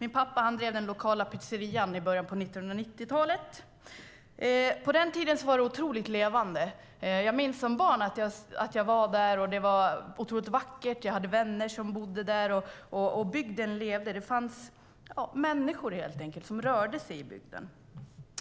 Min pappa drev den lokala pizzerian där i början av 1990-talet. På den tiden var det en otroligt levande bygd. Jag minns som barn att det var otroligt vackert, jag hade vänner som bodde där och bygden levde. Det fanns människor som rörde sig i bygden.